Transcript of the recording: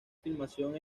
filmación